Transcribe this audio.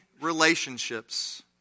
relationships